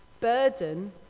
burden